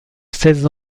seize